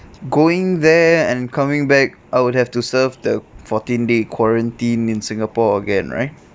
going there and coming back I would have to serve the fourteen day quarantine in singapore again right